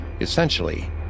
Essentially